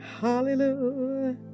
Hallelujah